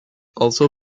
also